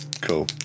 Cool